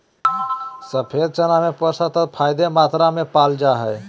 सफ़ेद चना में पोषक तत्व ज्यादे मात्रा में पाल जा हइ